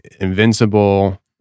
invincible